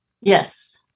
Yes